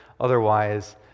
Otherwise